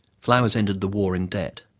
flowers ended the war in debt.